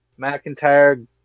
McIntyre